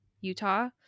Utah